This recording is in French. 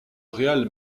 real